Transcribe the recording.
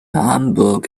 hamburg